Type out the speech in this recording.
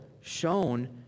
shown